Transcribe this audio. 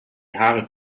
haare